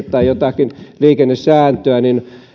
tai jotakin liikennesääntöä